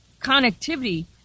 connectivity